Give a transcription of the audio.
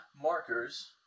markers